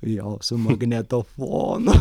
jo su magnetofonu